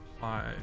five